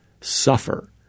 suffer